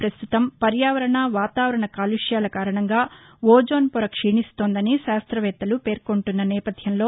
పస్తుతం పర్యావరణ వాతావరణ కాలుష్యాల కారణంగా ఓజోన్ పొర క్షీణిస్తోందని శాస్తవేత్తలు పేర్కొంటున్న నేపధ్యంలో